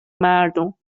مردم